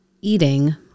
eating